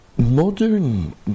Modern